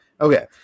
Okay